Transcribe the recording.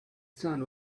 sun